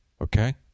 okay